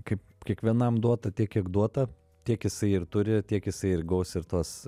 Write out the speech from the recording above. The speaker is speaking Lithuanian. kaip kiekvienam duota tiek kiek duota tiek jisai ir turi tiek jisai ir gaus ir tos